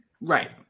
right